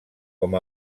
com